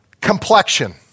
complexion